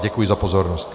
Děkuji za pozornost.